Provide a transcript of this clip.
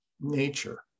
nature